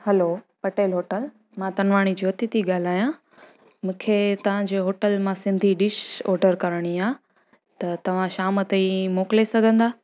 hello Patel hotel मां तनवाणी ज्योती थी ॻाल्हायां मूंखे तव्हांजे होटल मां सिंधी डिश ऑडर करणी आहे त तव्हां शाम ताईं मोकिले सघंदा